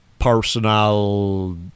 personal